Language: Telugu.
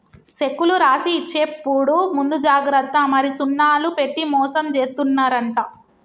సెక్కులు రాసి ఇచ్చేప్పుడు ముందు జాగ్రత్త మరి సున్నాలు పెట్టి మోసం జేత్తున్నరంట